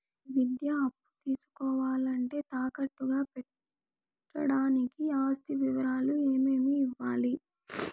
ఈ విద్యా అప్పు తీసుకోవాలంటే తాకట్టు గా పెట్టడానికి ఆస్తి వివరాలు ఏమేమి ఇవ్వాలి?